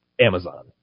Amazon